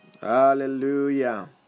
Hallelujah